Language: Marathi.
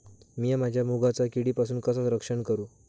मीया माझ्या मुगाचा किडीपासून कसा रक्षण करू?